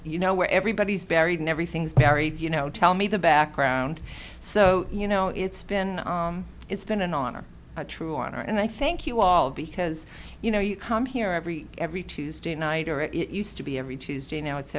you know where everybody's buried and everything's barrie you know tell me the background so you know it's been it's been an honor a true honor and i thank you all because you know you come here every every tuesday night or it used to be every tuesday now it's